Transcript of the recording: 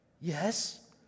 Yes